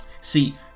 See